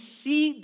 see